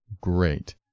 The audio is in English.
great